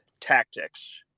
tactics